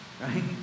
right